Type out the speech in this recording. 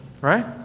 right